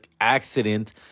accident